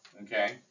okay